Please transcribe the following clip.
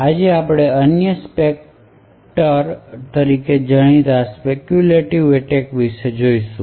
આજે આપણે અન્ય સ્પેકટર તરીકે જાણીતા સ્પેક્યૂલેટિવ એટેક વિશે જોઈશું